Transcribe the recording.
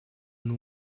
and